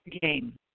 game